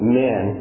men